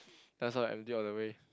that's why I empty all the way